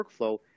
workflow